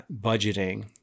budgeting